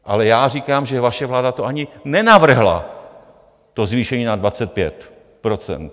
Ale já říkám, že vaše vláda to ani nenavrhla, to zvýšení na 25 %.